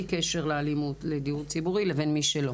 קשר לאלימות לדיור ציבורי לבין מי שלא.